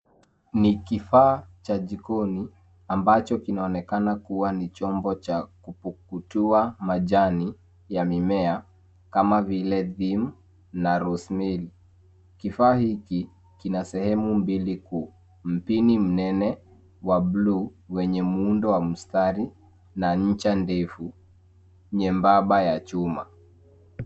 Ni kifaa cha jikoni ambacho kinaonekana kuwa ni chombo cha kupukutua majani ya mimea kama vile Tyme na Rosemary . Kifaa hiki kinasehemu mbili kuu. Mpini mnene wa bluu wenye muundo wa mstari na ncha ndefu, nyembamba ya chuma.